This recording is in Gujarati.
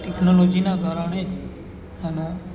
ટેક્નોલોજીના કારણે જ એનો